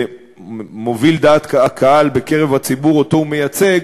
שמוביל דעת קהל בקרב הציבור שהוא מייצג,